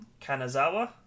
Kanazawa